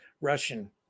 Russian